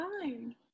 fine